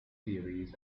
series